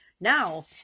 now